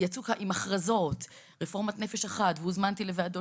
יצאו עם הכרזות על רפורמת נפש אחת והוזמנתי לוועדות